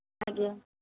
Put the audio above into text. ଆଜ୍ଞା